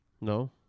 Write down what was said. no